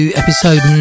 episode